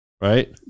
right